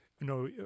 no